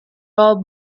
rob